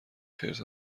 خرس